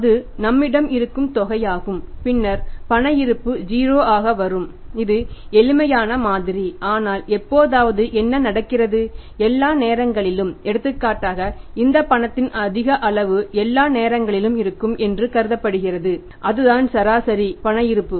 அது நம்மிடம் இருக்கும் தொகையாகும் பின்னர் பண இருப்பு 0 ஆக வரும் இது எளிமையான மாதிரி ஆனால் எப்போதாவது என்ன நடக்கிறது எல்லா நேரங்களிலும் எடுத்துக்காட்டாக இந்த பணத்தின் அதிக அளவு எல்லா நேரங்களிலும் இருக்கும் என்று கருதப்படுகிறது அதுதான் சராசரி பண இருப்பு